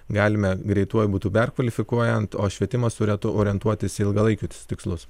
galime greituoju būdu perkvalifikuojant o švietimas turėtų orientuotis į ilgalaikius tikslus